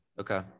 Okay